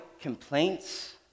complaints